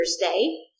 Thursday